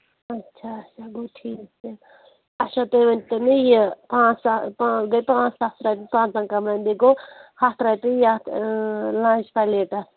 اچھا اچھا گوٚو ٹھیٖک تہِ اچھا تُہۍ ؤنۍ تَو مےٚ یہِ پانٛژھ گٔے پانٛژھ سَتھ رۄپیہِ پانٛژَن کَمرَن بیٚیہِ گوٚو ہَتھ رۄپیہِ یَتھ لَنچ پَلیٹَس